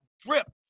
drip